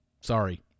Sorry